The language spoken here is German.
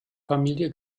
familie